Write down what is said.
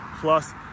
plus